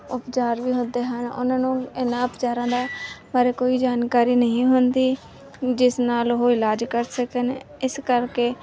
ਉਪਚਾਰ ਵੀ ਹੁੰਦੇ ਹਨ ਉਹਨਾਂ ਨੂੰ ਇਹਨਾਂ ਉਪਚਾਰਾਂ ਦੇ ਬਾਰੇ ਕੋਈ ਜਾਣਕਾਰੀ ਨਹੀਂ ਹੁੰਦੀ ਜਿਸ ਨਾਲ ਉਹ ਇਲਾਜ ਕਰ ਸਕਣ ਇਸ ਕਰਕੇ